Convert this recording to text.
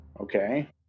Okay